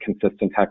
consistent